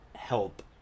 Help